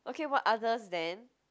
okay [what] others then